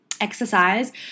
exercise